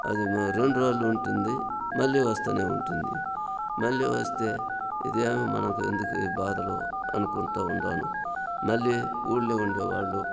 అది ఓ రెండు రోజులు ఉంటుంది మళ్ళీ వస్తూనే ఉంటుంది మళ్ళీ వస్తే ఇదేమో మనకు ఎందుకు ఈ బాధలు అనుకుంటూ ఉన్నాను ఉన్నాను మళ్ళీ ఊళ్లో ఉండే వాళ్ళు